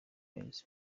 boyz